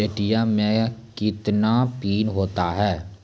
ATM मे कितने PIN होता हैं?